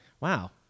wow